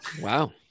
Wow